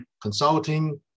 consulting